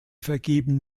vergeben